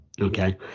Okay